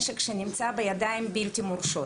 שנמצא בידיים בלתי מורשות.